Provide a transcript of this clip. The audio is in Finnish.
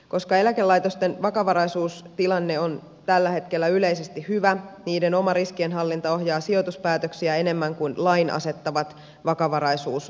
koska eläkelaitosten vakavaraisuustilanne on tällä hetkellä yleisesti hyvä niiden oma riskienhallinta ohjaa sijoituspäätöksiä enemmän kuin lain asetta mat vakavaraisuusvaatimukset